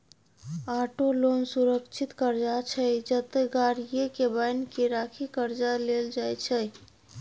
auto loan सुरक्षित करजा छै जतय गाड़ीए केँ बन्हकी राखि करजा लेल जाइ छै